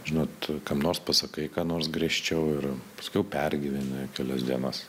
žinot kam nors pasakai ką nors griežčiau ir paskiau pergyveni kelias dienas